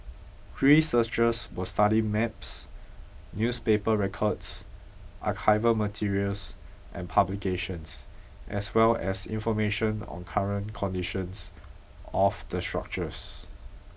researchers will study maps newspaper records archival materials and publications as well as information on current conditions of the structures